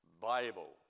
Bible